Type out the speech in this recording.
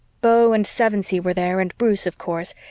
beau and sevensee were there and bruce, of course,